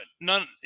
none